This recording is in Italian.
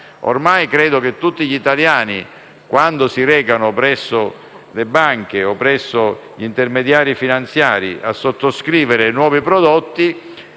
Credo che ormai tutti gli italiani che si recano presso le banche o gli intermediari finanziari a sottoscrivere nuovi prodotti